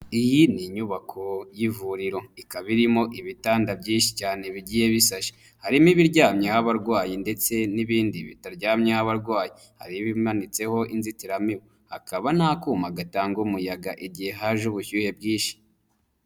Iyi ni inyubako y'ivuriro, ikaba irimo ibitanda byinshi cyane bigiye bisashe, harimo ibiryamyeho abarwayi ndetse n'ibindi bitaryamye abarwayi, hari ibimanitseho inzitiramibu, hakaba n'akuma gatanga umuyaga igihe haje ubushyuhe bwinshi.